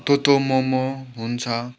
तँ तँ म म हुन्छ